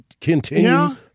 continue